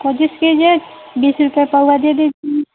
कोशिश कीजिए बीस रुपये पौवा दे दीजिए